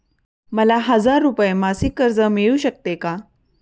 मला हजार रुपये मासिक कर्ज मिळू शकते का?